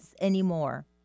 anymore